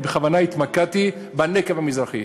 אני בכוונה התמקדתי בנגב המזרחי.